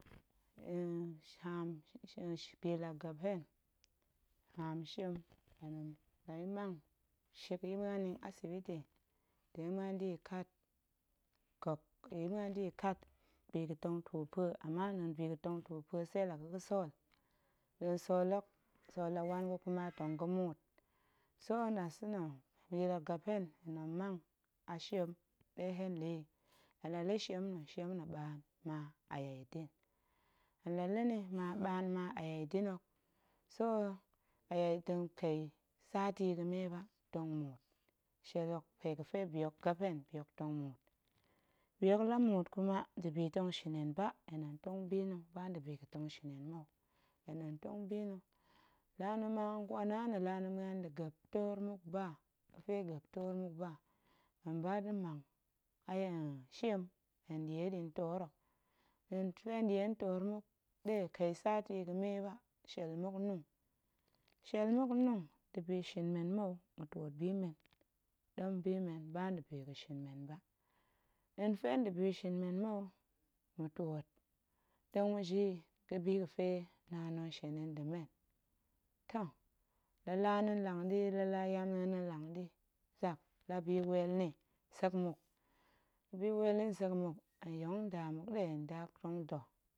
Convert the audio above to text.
shi bi la gep hen, haam shiem hen la ya̱ mang shik ya̱ muan nni asibiti, tong ƴa̱ muan da̱ ya̱ kat gok bi ga̱tong tuu pue, ama nɗa̱a̱n bi ga̱tong tuu pue, tse la ga̱ ga̱sool nɗa̱a̱n sool hok sool la wan gə kuma tong ga̱ muut, so nɗasa̱na̱ bi la gep hen tong mang a shiem ɗe hen la̱ yi, hen la la̱ shiem nna̱ shiem nna̱ ɓaan ma ayodin, hen la la̱ ni ma ɓaan ma ayodin hok, so ayo tong kai sati ga̱me ba tong muut shiel hok pe ga̱fe bi hok gep hen tong muut, bi hok la muut kuma bi hok tong nda̱i tong shin hen ba, hen tong tong bi nna̱ ba ndabi ga̱tong shin hen mou, hen tong tong bi nna̱, laa na̱ ma nkwana nna̱ laa na̱ muan da̱ gep toor muk ba, ga̱fe gep toor muk ba, hen ba da̱ mang aya shiem hen ɗie ɗi ntoor hok, fe hen ɗie ntoor muk ɗe kai sati ga̱me ba shiel muk nung, shiel muk nung nda̱bi shin men mou, ma̱twoot bi men ɗem bi men ba nda̱i ga̱shin men ba, nɗa̱a̱n fe nda̱bi shin men mou, ma̱twoot tong ma̱ji yi ga̱bi ga̱fe naan tong shin nda̱ men toh, la laa na̱ nlang ɗi la laa yamna̱a̱n na̱ nlang ɗi zak la bi weel ni nsek muk, la bi weel ni nsek muk hen yong nda muk nɗe, nda hok tong da̱.